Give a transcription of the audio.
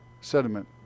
sediment